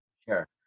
Sure